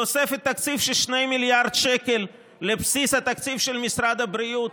תוספת תקציב של 2 מיליארד שקל לבסיס התקציב של משרד הבריאות,